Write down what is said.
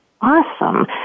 awesome